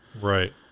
right